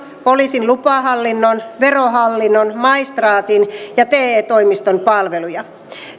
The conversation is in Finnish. poliisin lupahallinnon verohallinnon maistraatin ja te toimiston palveluja